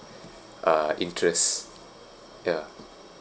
uh interest ya